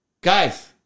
Guys